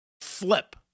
flip